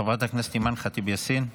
חברת הכנסת אימאן ח'טיב יאסין.